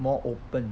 more open